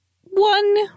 One